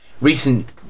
recent